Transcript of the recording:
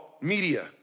media